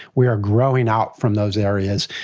we are growing out from those areas.